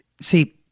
See